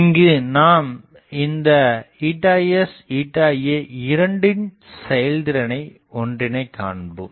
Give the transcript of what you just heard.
இங்கு நாம் இந்த sa இரண்டின் செயல்திறனை ஒன்றினைக் காண்போம்